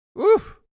Oof